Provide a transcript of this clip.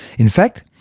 in fact,